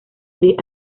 gris